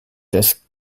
des